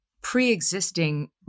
pre-existing